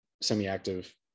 semi-active